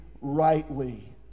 rightly